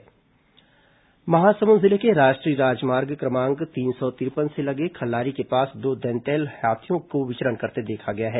हाथी विचरण महासमुंद जिले के राष्ट्रीय राजमार्ग क्रमांक तीन सौ तिरपन से लगे खल्लारी के पास दो दंतैल हाथियों को विचरण करते देखा गया है